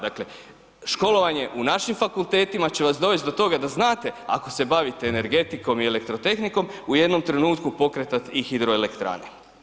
Dakle školovanje u našim fakultetima će vas dovesti do toga da znate ako se bavite energetikom i elektrotehnikom, u jednom trenutku pokretati i hidroelektrane.